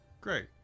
great